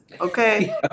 Okay